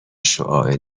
شعاع